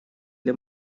для